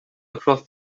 across